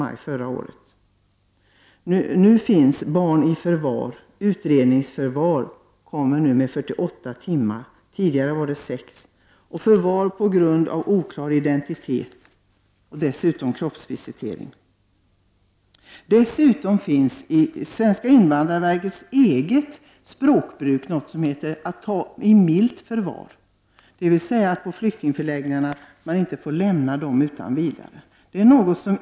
Nu finns barn i förvar. Utredningsförvar tillåts nu under 48 timmar, tidigare var det högst 6 timmar. Det införs också förvar på grund av oklar identitet och kroppsvisitering. Dessutom finns i invandrarverkets eget språkbruk något som kallas att ta i ”milt förvar”, dvs. att de asylsökande inte utan vidare får lämna flyktingförläggningarna.